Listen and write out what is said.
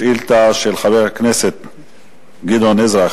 שאילתא 1224 של חבר הכנסת גדעון עזרא,